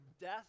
death